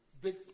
big